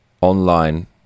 online